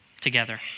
together